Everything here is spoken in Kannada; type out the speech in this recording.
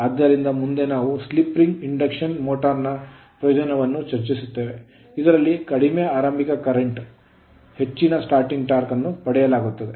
ಆದ್ದರಿಂದ ಮುಂದೆ ನಾವು slip ring slip ring induction motor ನ ಪ್ರಯೋಜನವನ್ನು ಚರ್ಚಿಸುತ್ತೇವೆ ಇದರಲ್ಲಿ ಕಡಿಮೆ ಆರಂಭಿಕ current ಕರೆಂಟ್ ಲ್ಲಿ ಹೆಚ್ಚಿನ starting torque ಆರಂಭಿಕ ಟಾರ್ಕ್ ಅನ್ನು ಪಡೆಯಲಾಗುತ್ತದೆ